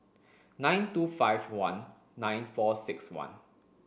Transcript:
nine two five one nine four six one